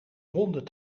honden